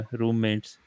roommates